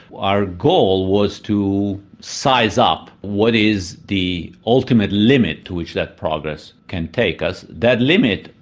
our goal was to size up what is the ultimate limit to which that progress can take us. that limit,